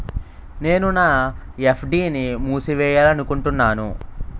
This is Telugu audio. నేను నా ఎఫ్.డి ని మూసివేయాలనుకుంటున్నాను